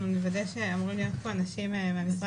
אנחנו נוודא שאמורים להיות פה אנשים מהמשרד